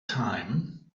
time